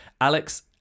Alex